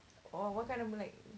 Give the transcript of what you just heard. or what kind of like